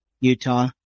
Utah